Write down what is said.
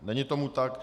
Není tomu tak.